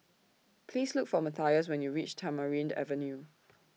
Please Look For Matthias when YOU REACH Tamarind Avenue